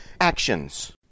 actions